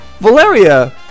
Valeria